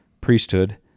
priesthood